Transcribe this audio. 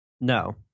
No